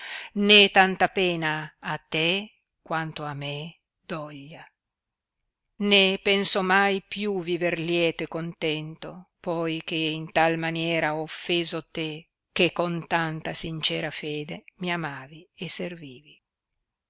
ne tanta pena a te quanto a me doglia né penso mai più viver lieto e contento poi che in tal maniera ho offeso te che con tanta sincera fede mi amavi e servivi